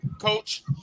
Coach